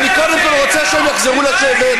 אז אני קודם כול רוצה שהם יחזרו לשבת.